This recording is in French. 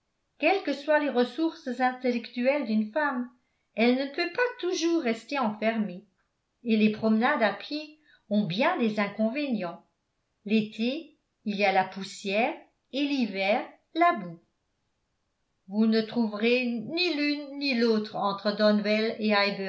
quelles que soient les ressources intellectuelles d'une femme elle ne peut pas toujours rester enfermée et les promenades à pied ont bien des inconvénients l'été il y a la poussière et l'hiver la boue vous ne trouverez ni l'une ni l'autre entre